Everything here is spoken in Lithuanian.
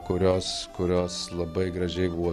kurios kurios labai gražiai buvo